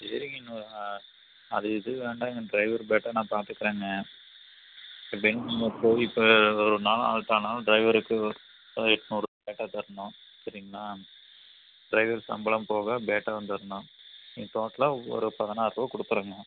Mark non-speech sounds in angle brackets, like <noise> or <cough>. சரிங்க இன்னொரு அது இது வேண்டாங்க டிரைவர் பேட்டா நான் பார்த்துக்குறேங்க எப்படியும் நீங்கள் போய் இப்போ <unintelligible> டிரைவருக்கு எண்நூறு பேட்டா தரணும் சரிங்களா டிரைவர் சம்பளம் போக பேட்டாவும் தரணும் நீங்கள் டோட்டலாக ஒரு பதினாறு ரூபா கொடுத்துருங்க